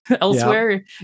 elsewhere